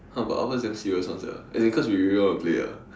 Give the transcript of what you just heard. !huh! but ours damn serious [one] sia as in cause we really want to play ah